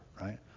right